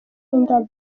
indabyo